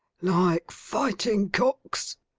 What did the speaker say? like fighting cocks